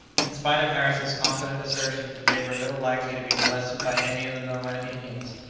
in spite of harris's confident assertion that they were little likely to be molested by any of the nomad indians,